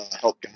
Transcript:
help